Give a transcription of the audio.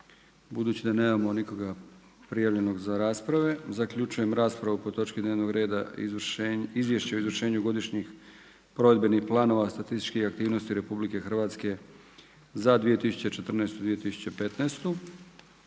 Budući da nemamo nikoga prijavljenog za rasprave, zaključujem raspravu po točki dnevnog reda Izvješće o izvršenju godišnjih provedbenih planova statističkih aktivnosti RH za 2014., 2015.